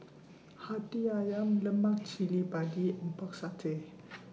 Hati Ayam Lemak Cili Padi and Pork Satay